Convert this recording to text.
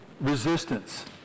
resistance